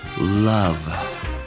love